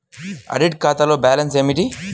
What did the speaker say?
Audit ఖాతాలో balance ఏమిటీ?